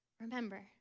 remember